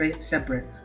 separate